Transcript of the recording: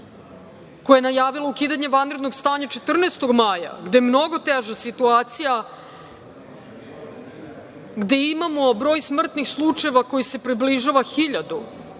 koja je najavila ukidanje vanrednog stanja 14. maja gde je mnogo teža situacija, gde imao broj smrtnih slučajeva koji se približava hiljadu,